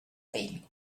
pell